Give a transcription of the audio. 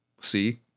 see